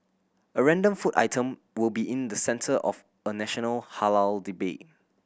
a random food item will be in the centre of a national halal debate